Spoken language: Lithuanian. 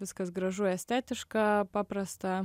viskas gražu estetiška paprasta